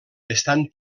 estan